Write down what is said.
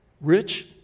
rich